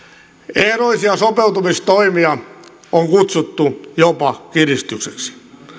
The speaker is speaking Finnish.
ehdollisia sopeutustoimia on kutsuttu jopa kiristykseksi